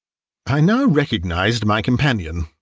i now recognised my companion.